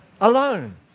alone